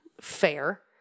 fair